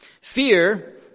Fear